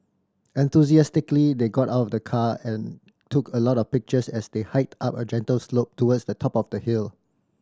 enthusiastically they got out of the car and took a lot of pictures as they hiked up a gentle slope towards the top of the hill